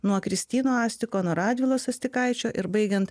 nuo kristino astiko nuo radvilos astikaičio ir baigiant